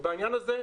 ובעניין הזה,